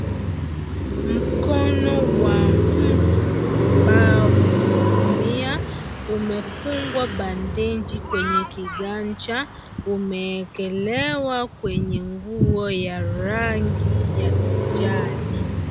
Mkono wa mtu ambao umeumia. Umefungwa bandeji kwenye kiganja. Umeekelewa kwenye nguo ya rangi ya kijani.